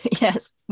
Yes